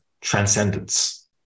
transcendence